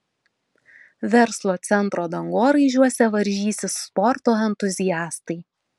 verslo centro dangoraižiuose varžysis sporto entuziastai